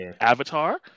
Avatar